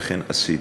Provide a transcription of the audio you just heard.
ואכן עשיתי,